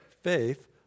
faith